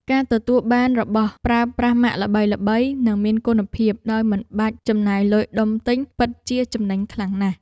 ការទទួលបានរបស់ប្រើប្រាស់ម៉ាកល្បីៗនិងមានគុណភាពដោយមិនបាច់ចំណាយលុយដុំទិញ ពិតជាចំណេញខ្លាំងណាស់។